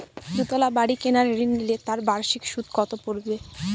দুতলা বাড়ী কেনার ঋণ নিলে তার বার্ষিক সুদ কত পড়বে?